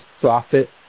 profit